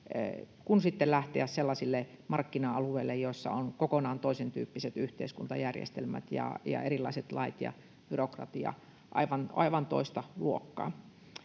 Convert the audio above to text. kuin sitten lähteä sellaisille markkina-alueille, joissa on kokonaan toisentyyppiset yhteiskuntajärjestelmät ja erilaiset lait ja byrokratia aivan toista luokkaa.